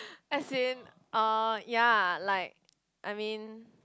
as in uh ya like I mean